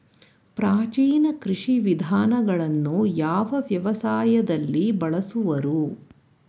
ಪ್ರಾಚೀನ ಕೃಷಿ ವಿಧಾನಗಳನ್ನು ಯಾವ ವ್ಯವಸಾಯದಲ್ಲಿ ಬಳಸುವರು?